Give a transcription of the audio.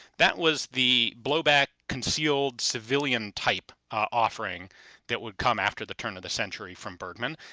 that was the blowback concealed civilian type offering that would come after the turn of the century from bergmann.